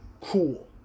cool